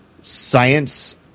science